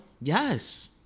Yes